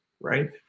Right